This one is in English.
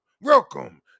Welcome